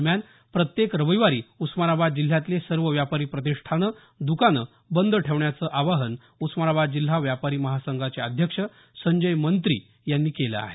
दरम्यान प्रत्येक रविवारी उस्मानाबाद जिल्ह्यातले सर्व व्यापारी प्रतिष्ठानं द्कानं बंद ठेवण्याचं आवाहन उस्मानाबाद जिल्हा व्यापारी महासंघाचे अध्यक्ष संजय मंत्री यांनी केलं आहे